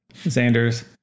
Xander's